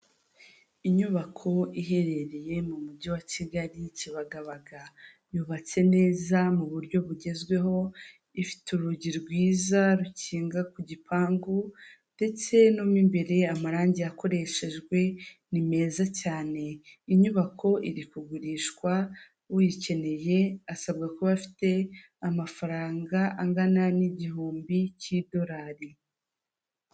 Inyubako iherereye mu mujyi wa Kigali kibagabaga, yubatse neza mu buryo bugezweho ifite urugi rwiza rukinga ku gipangu ndetse no mo imbere amarangi yakoreshejwe ni meza cyane, inyubako iri kugurishwa uyikeneye asabwa kuba afite amafaranga angana n'igihumbi cy'idolari.